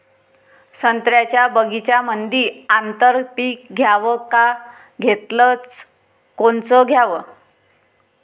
संत्र्याच्या बगीच्यामंदी आंतर पीक घ्याव का घेतलं च कोनचं घ्याव?